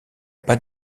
pas